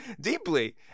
Deeply